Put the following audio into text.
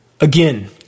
Again